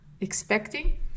expecting